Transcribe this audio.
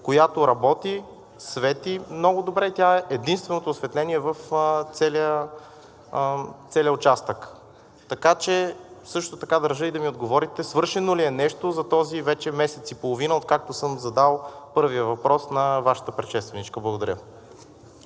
която работи, свети много добре и тя е единственото осветление в целия участък. Също така държа и да ми отговорите: свършено ли е нещо за този вече месец и половина, откакто съм задал първия въпрос на Вашата предшественичка? Благодаря.